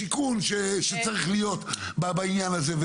שיכון שצריך להיות בעניין הזה,